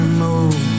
move